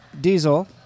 Diesel